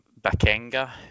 Bakenga